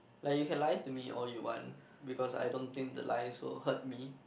like you can lie to me all you want because I don't think the lies will hurt me